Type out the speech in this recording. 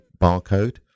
barcode